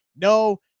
No